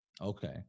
Okay